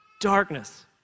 Darkness